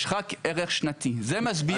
יש רק ערך שנתי, זה מסביר.